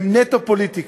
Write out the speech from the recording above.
הם נטו פוליטיקה.